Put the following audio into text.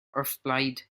wrthblaid